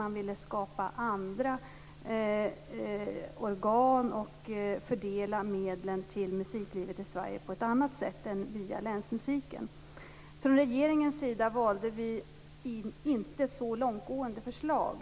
Man ville skapa andra organ och fördela medlen till musiklivet i Sverige på ett annat sätt än via Länsmusiken. Regeringen valde inte så långtgående förslag.